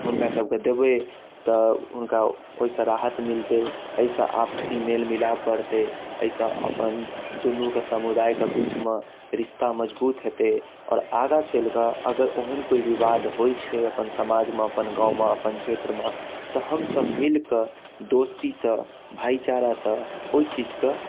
हुनका सबकेँ देबै तऽ हुनका ओइसँ राहत मिलतै एहिसँ आपसी मेल मिलाप बढ़तै एहिसँ अपन दुनू कऽ समुदाय कऽ बीच मऽ रिश्ता मजबुत हेतै और आगा चइल कऽ ओहन कोनो विवाद होइ छै अपन समाज मऽ अपन गाँव मऽ अपन क्षेत्र मऽ तऽ हमसब मिलक दोस्ती सँ भाईचारा सँ ओइ चीज कऽ